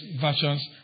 versions